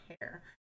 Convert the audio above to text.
hair